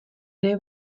ere